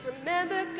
Remember